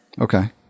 Okay